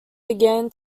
began